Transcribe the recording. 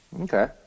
okay